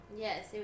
Yes